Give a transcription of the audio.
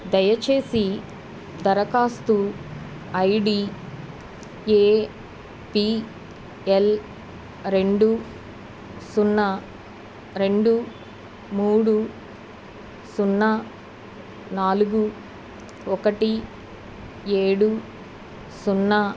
దయచేసి దరఖాస్తు I D A P L రెండు సున్నా రెండు మూడు సున్నా నాలుగు ఒకటి ఏడు సున్నా